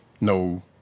no